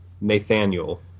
Nathaniel